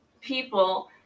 people